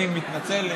אני מתנצל.